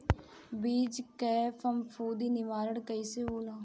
बीज के फफूंदी निवारण कईसे होला?